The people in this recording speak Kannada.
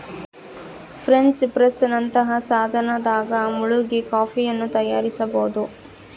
ಫ್ರೆಂಚ್ ಪ್ರೆಸ್ ನಂತಹ ಸಾಧನದಾಗ ಮುಳುಗಿ ಕಾಫಿಯನ್ನು ತಯಾರಿಸಬೋದು